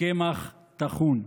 קמח טחון.